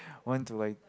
want to like